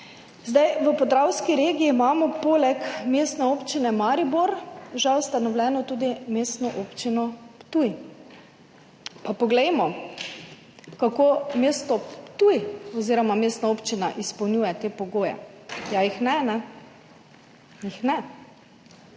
V Podravski regiji imamo poleg Mestne občine Maribor že ustanovljeno tudi Mestno občino Ptuj. Pa poglejmo, kako mesto Ptuj oziroma mestna občina izpolnjuje te pogoje. Ja, jih ne, kajne, jih ne,